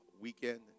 weekend